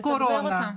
לתגבר אותם.